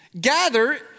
Gather